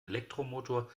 elektromotor